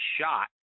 shot